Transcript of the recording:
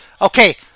Okay